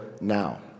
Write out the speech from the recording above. now